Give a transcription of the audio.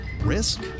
Risk